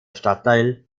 stadtteil